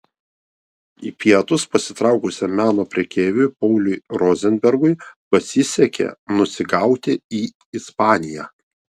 į pietus pasitraukusiam meno prekeiviui pauliui rozenbergui pasisekė nusigauti į ispaniją